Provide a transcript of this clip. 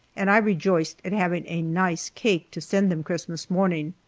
and i rejoiced at having a nice cake to send them christmas morning.